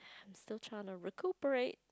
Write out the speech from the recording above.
I'm still trying to recuperate